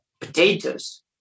potatoes